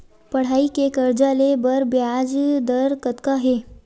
पढ़ई के कर्जा ले बर ब्याज दर कतका हे?